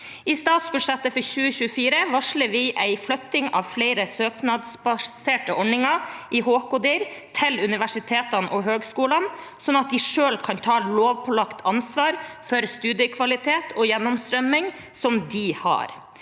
I statsbudsjettet for 2024 varsler vi en flytting av flere søknadsbaserte ordninger i HK-dir til universitetene og høyskolene, slik at de selv kan ta det lovpålagte ansvaret for studiekvalitet og gjennomstrømming som de har.